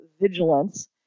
vigilance